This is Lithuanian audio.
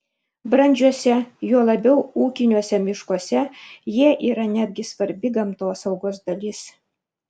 brandžiuose juo labiau ūkiniuose miškuose jie yra netgi svarbi gamtosaugos dalis